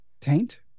Taint